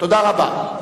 תודה רבה.